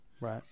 Right